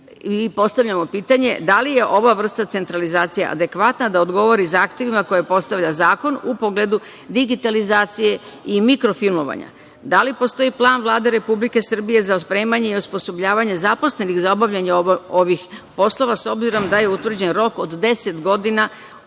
i postavljamo pitanje – da li je ova vrsta centralizacije adekvatna da odgovori zahtevima koje postavlja zakon u pogledu digitalizacije i mikrofilmovanja? Da li postoji plan Vlade Republike Srbije za spremanje i osposobljavanje zaposlenih za obavljanje ovih poslova, s obzirom da je utvrđen rok od 10 godina